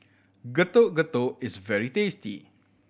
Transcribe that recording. Getuk Getuk is very tasty